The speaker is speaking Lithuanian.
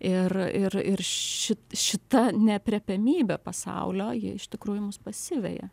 ir ir ir ši šita neaprėpiamybė pasaulio jie iš tikrųjų mus pasiveja